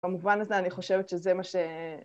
במובן הזה אני חושבת שזה מה ש...